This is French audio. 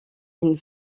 une